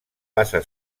passa